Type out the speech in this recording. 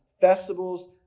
festivals